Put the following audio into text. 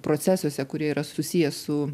procesuose kurie yra susiję su